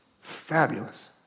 fabulous